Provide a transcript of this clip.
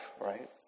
right